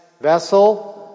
vessel